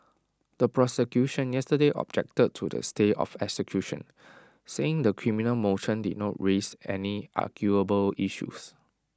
the prosecution yesterday objected to the stay of execution saying the criminal motion did not raise any arguable issues